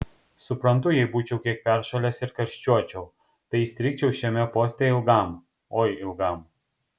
suprantu jei būčiau kiek peršalęs ir karščiuočiau tai įstrigčiau šiame poste ilgam oi ilgam